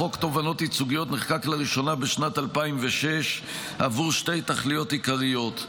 חוק תובענות ייצוגיות נחקק לראשונה בשנת 2006 עבור שתי תכליות עיקריות.